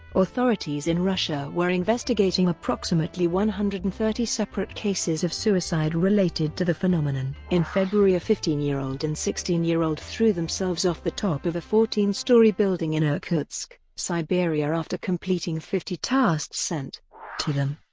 authorities in russia were investigating approximately one hundred and thirty separate cases of suicide related to the phenomenon. in february a fifteen year old and sixteen year old threw themselves off the top of a fourteen story building in irkutsk, siberia after completing fifty tasks sent to them.